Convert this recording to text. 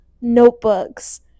notebooks